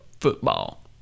football